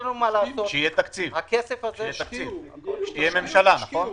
כשיהיה תקציב, כשתהיה ממשלה, נכון?